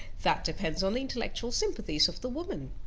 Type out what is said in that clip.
that depends on the intellectual sympathies of the woman.